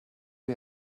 you